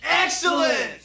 excellent